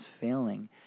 failing